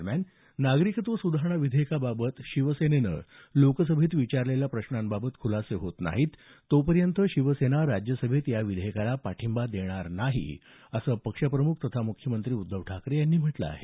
दरम्यान नागरिकत्व सुधारणा विधेयकाबाबत शिवसेनेनं लोकसभेत विचारलेल्या प्रश्नांबाबत खुलासे होत नाहीत तो पर्यंत शिवसेना राज्यसभेत या विधेयकाला पाठिंबा देणार नाही असं पक्षप्रमुख तथा मुख्यमंत्री उद्धव ठाकरे यांनी म्हटलं आहे